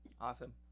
awesome